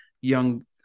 young